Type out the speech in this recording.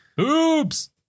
Oops